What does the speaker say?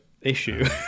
issue